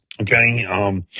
okay